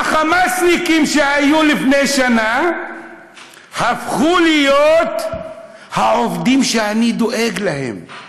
ה"חמאסניקים" שהיו לפני שנה הפכו להיות "העובדים שאני דואג להם".